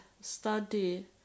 study